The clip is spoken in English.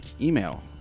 email